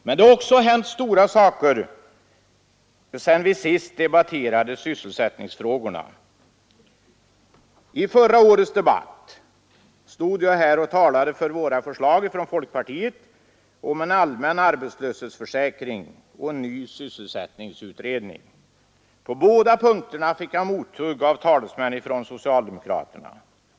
Men det har också hänt andra stora saker sedan vi senast debatterade sysselsättningsfrågorna. I förra årets debatt stod jag här och talade för våra förslag från folkpartiet om en arbetslöshetsförsäkring och en ny sysselsättningsutredning. På båda punkterna fick jag mothugg av talesmän för socialdemokraterna.